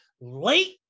late